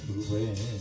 away